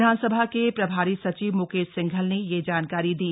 विधानसभा के प्रभारी सचिव म्केश सिंघल ने यह जानकारी दी